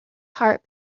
heart